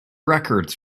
records